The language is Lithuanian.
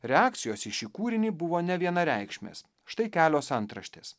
reakcijos į šį kūrinį buvo nevienareikšmės štai kelios antraštės